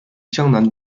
江南